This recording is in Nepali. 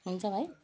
हुन्छ भाइ